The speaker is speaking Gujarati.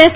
એસ